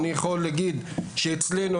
אני יכול להגיד שאצלנו,